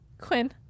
Quinn